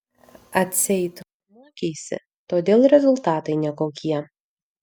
atseit mokeisi todėl rezultatai nekokie